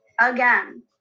Again